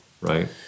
right